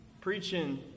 preaching